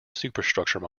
superstructure